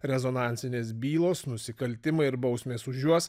rezonansinės bylos nusikaltimai ir bausmės už juos